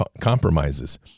compromises